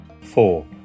Four